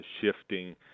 shifting